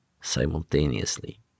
simultaneously